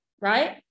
right